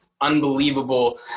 unbelievable